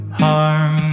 harm